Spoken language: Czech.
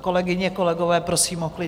Kolegyně, kolegové, prosím o klid.